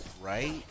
right